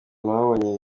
babonye